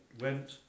went